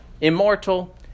immortal